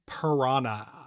Piranha